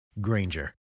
Granger